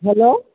hello